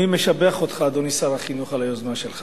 אני משבח אותך, אדוני שר החינוך, על היוזמה שלך.